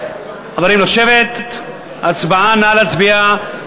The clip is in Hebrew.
נא להצביע.